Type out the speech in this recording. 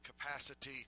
capacity